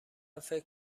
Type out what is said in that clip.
فکر